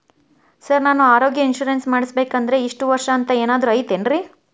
Sir ನಾನು ಆರೋಗ್ಯ insurance ಮಾಡಿಸ್ಬೇಕಂದ್ರೆ ಇಷ್ಟ ವರ್ಷ ಅಂಥ ಏನಾದ್ರು ಐತೇನ್ರೇ?